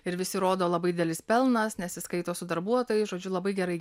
ir visi rodo labai didelis pelnas nesiskaito su darbuotojais žodžiu labai gerai